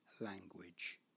language